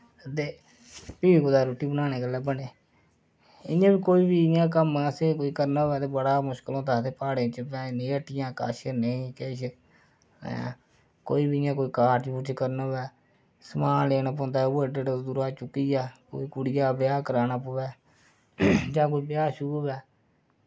ते भी कुदै रुट्टी बनाने गल्ला बने ते इंया कोई बी कम्म असें कोई करना होऐ ते बड़ा मुश्कल होंदा प्हाड़ें भैन नेईं हट्टियां कश ते नईं किश ऐं कोई बी इंया कोई कारज़ करना होऐ समान लैना पौंदा ओह् एड्डे एड्डे दूरा चुक्कियै कोई कुड़िया ब्याह् कराना पवै जां कोई ब्याह् होऐ